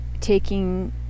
taking